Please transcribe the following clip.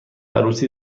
عروسی